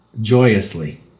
Joyously